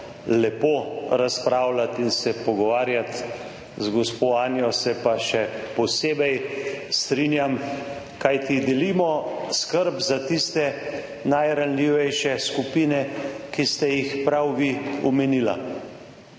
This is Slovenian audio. lepo razpravljati in se pogovarjati, z gospo Anjo se pa še posebej strinjam, kajti delimo skrb za tiste najranljivejše skupine, ki ste jih prav vi omenila.